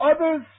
Others